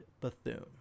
Bethune